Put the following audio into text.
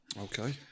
Okay